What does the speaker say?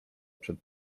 przed